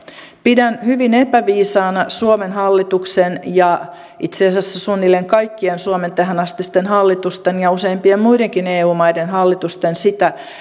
pidän hyvin epäviisaana suomen hallituksen ja itse asiassa suunnilleen kaikkien suomen tähänastisten hallitusten ja useimpien muidenkin eu maiden hallitusten